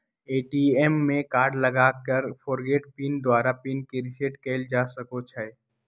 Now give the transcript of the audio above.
ATM में card लगा कऽ फ़ॉरगोट पिन द्वारा पिन के रिसेट कएल जा सकै छै